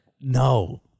No